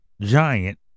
giant